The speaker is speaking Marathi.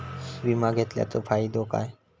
विमा घेतल्याचो फाईदो काय?